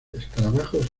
escarabajos